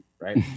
right